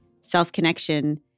self-connection